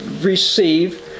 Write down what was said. receive